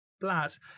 Plus